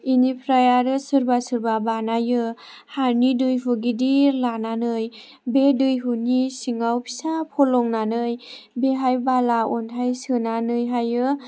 बेनिफ्राय आरो सोरबा सोरबा बानायो हानि दैहु गिदिर लानानै बे दैहुनि सिङाव फिसा फलंनानै बेहाय बाला अनथाइ सोनानैहाय